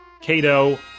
Cato